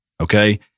Okay